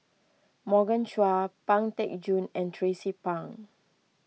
Morgan Chua Pang Teck Joon and Tracie Pang